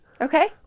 okay